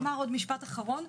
משפט אחרון,